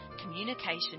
communication